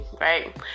Right